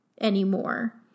anymore